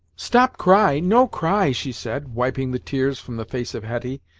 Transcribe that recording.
stop cry no cry she said, wiping the tears from the face of hetty,